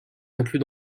inclus